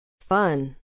fun